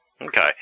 Okay